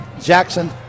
Jackson